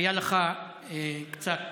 הייתה לך קצת שכחה.